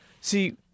See